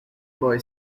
boy